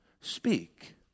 speak